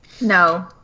No